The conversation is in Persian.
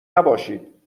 نباشید